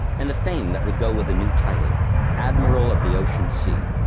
and the fame that would go with a new tide ah admiral of the ocean sea.